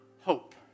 hope